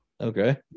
Okay